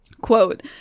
Quote